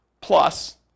Plus